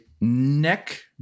neck